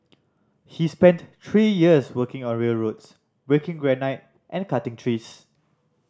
he spent three years working on railroads breaking granite and cutting trees